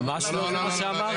ממש לא זה מה שאמרתי.